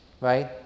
right